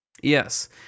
Yes